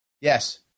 Yes